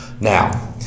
Now